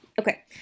Okay